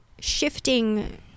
shifting